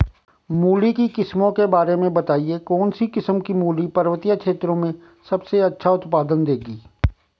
मूली की किस्मों के बारे में बताइये कौन सी किस्म की मूली पर्वतीय क्षेत्रों में सबसे अच्छा उत्पादन देंगी?